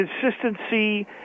consistency